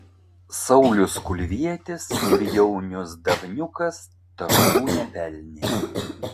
saulius kulvietis ir jaunius davniukas taškų nepelnė